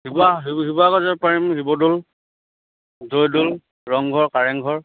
শিৱ শিৱসাগৰ পাৰিম শিৱদৌল জয়দৌল ৰংঘৰ কাৰেংঘৰ